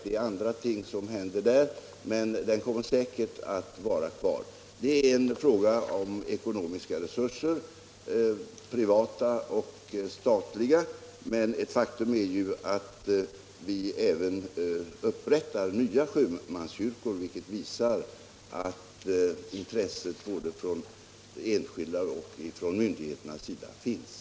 Det är andra frågor som är aktuella där, men kyrkan kommer säkerligen att vara kvar. Det är en fråga om ekonomiska resurser, privata och statliga. Men ett faktum är ju att vi även upprättar nya sjömanskyrkor, vilket visar att intresset både från enskilda och från myndigheterna finns.